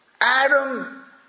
Adam